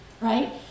right